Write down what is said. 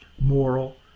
moral